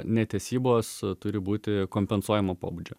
netesybos turi būti kompensuojamo pobūdžio